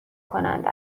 کننده